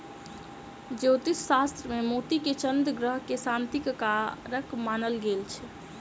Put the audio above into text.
ज्योतिष शास्त्र मे मोती के चन्द्र ग्रह के शांतिक कारक मानल गेल छै